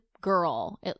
girl